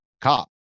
cop